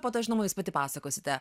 po to žinoma jūs pati pasakosite